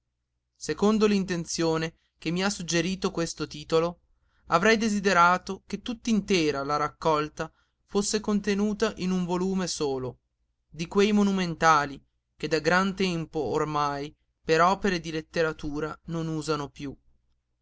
secondo l'intenzione che mi ha suggerito questo titolo avrei desiderato che tutt'intera la raccolta fosse contenuta in un volume solo di quei monumentali che da gran tempo ormai per opere di letteratura non usano piú